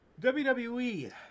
WWE